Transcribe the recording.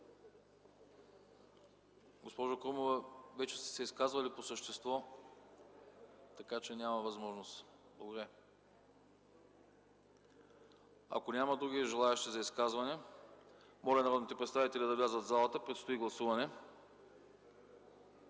Госпожо Крумова, вече сте се изказвали по същество, така че няма възможност. Ако няма други желаещи за изказване, моля народните представители да влязат в залата. Предстои гласуване.